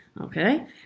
okay